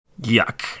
Yuck